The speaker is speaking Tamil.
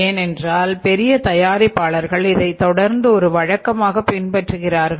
ஏனென்றால் பெரிய தயாரிப்பாளர்கள் இதை தொடர்ந்து ஒரு வழக்கமாக பின்பற்றுகிறார்கள்